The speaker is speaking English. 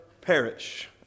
perish